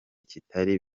kitari